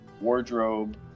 wardrobe